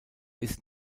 ist